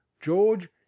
george